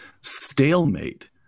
stalemate